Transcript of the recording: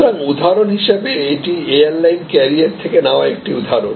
সুতরাং উদাহরণ হিসাবে এটি এয়ারলাইন ক্যারিয়ার থেকে নেওয়া একটি উদাহরণ